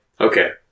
Okay